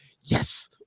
yes